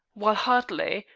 while hartley,